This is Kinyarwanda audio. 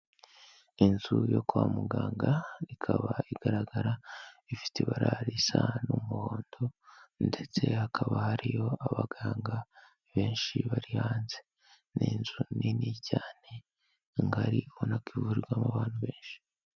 Inzu yo kwa muganga ikaba igaragara ifite ibarara risa n'umuhondo ndetse hakaba hariyo abaganga benshi bari hanze, ni inzu nini cyane ni ngari, ubona ko ivurirwamo abantu benshi.